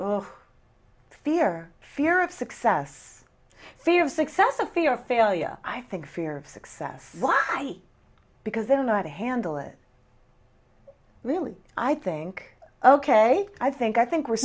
fear fear of success fear of success a fear of failure i think fear of success because they don't know how to handle it really i think ok i think i think we're